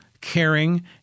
caring